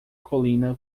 colina